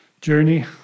journey